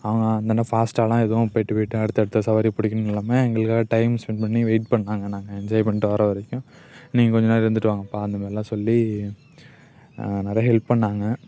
அவங்க அந்த அண்ணன் ஃபாஸ்ட்டாலாம் எதுவும் போய்ட்டு போய்ட்டு அடுத்தடுத்த சவாரி பிடிக்கணுன்னு இல்லாமல் எங்களுக்காக டைம் ஸ்பெண்ட் பண்ணி வெயிட் பண்ணாங்க நாங்கள் என்ஜாய் பண்ணிட்டு வர்றவரைக்கும் நீங்கள் கொஞ்ச நேரம் இருந்துட்டு வாங்கப்பா அந்தமாதிரிலாம் சொல்லி நிறைய ஹெல்ப் பண்ணாங்க